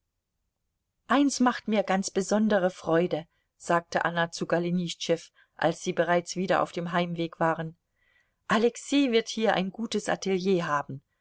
eins macht mir ganz besondere freude sagte anna zu golenischtschew als sie bereits wieder auf dem heimweg waren alexei wird hier ein gutes atelier haben